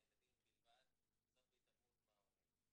מהילדים בלבד וזאת בהתעלמות מההורים.